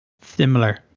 similar